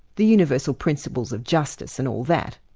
the universal principles of justice and all that,